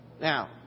Now